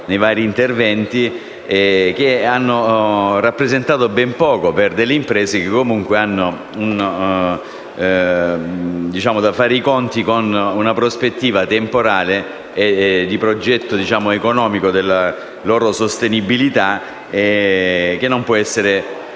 nei vari interventi - che hanno rappresentato ben poco per imprese che, comunque, devono fare i conti con una prospettiva temporale e di progetto economico della loro sostenibilità che non può essere